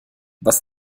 was